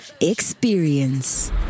experience